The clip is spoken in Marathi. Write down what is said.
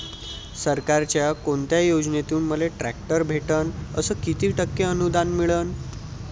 सरकारच्या कोनत्या योजनेतून मले ट्रॅक्टर भेटन अस किती टक्के अनुदान मिळन?